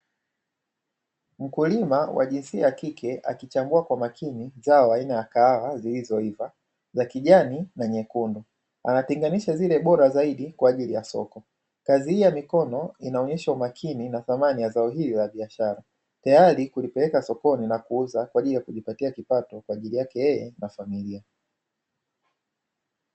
Mkulima wa jinsia ya kike akichambua kwa makini zao aina ya kahawa zilizoiva za kijani na nyekundu. Anatenganisha zile bora zaidi kwa kwa ajili ya soko. Kazi hii ya mikono inaonyesha umakini na thamani ya zao hili la biashara. Tayari kulipeleka sokoni na kuuza kwa ajili ya kujipatia kipato kwa ajili yake yeye na familia.